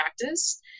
practice